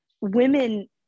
women